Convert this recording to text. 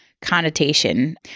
connotation